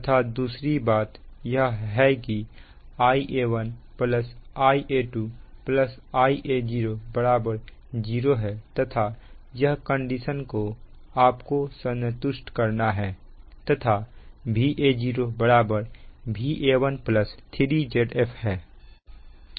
तथा दूसरी बात यह है कि Ia1 Ia2 Ia0 0 है तथा यह कंडीशन को आपको संतुष्ट करना है तथा Va0 बराबर Va1 3Zf है